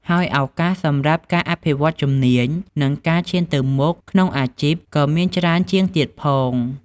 ហើយឱកាសសម្រាប់ការអភិវឌ្ឍន៍ជំនាញ និងការឈានទៅមុខក្នុងអាជីពក៏មានច្រើនជាងទៀតផង។